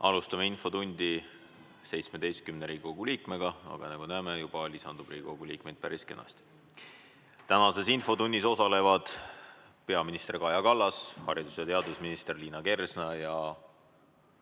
Alustame infotundi 17 Riigikogu liikmega. Aga nagu me näeme, juba lisandub Riigikogu liikmeid päris kenasti. Tänases infotunnis osalevad peaminister Kaja Kallas, haridus- ja teadusminister Liina Kersna ning